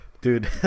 dude